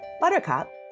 Buttercup